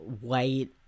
white